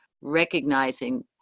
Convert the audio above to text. recognizing